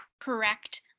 correct